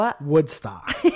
Woodstock